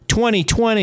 2020